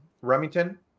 Remington